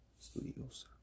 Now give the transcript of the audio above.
estudiosa